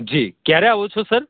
જી ક્યારે આવો છો સર